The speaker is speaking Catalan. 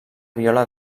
viola